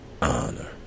honor